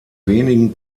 wenigen